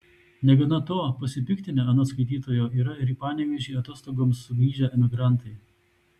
negana to pasipiktinę anot skaitytojo yra ir į panevėžį atostogoms sugrįžę emigrantai